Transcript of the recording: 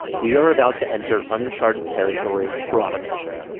we are about to enter uncharted territory for automation